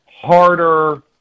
harder